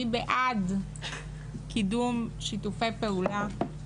אני בעד קידום שיתופי פעולה.